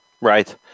Right